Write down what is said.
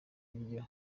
iryo